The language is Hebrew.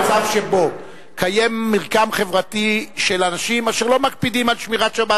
במצב שבו מתקיים מרקם חברתי של אנשים אשר לא מקפידים על שמירת שבת,